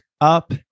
up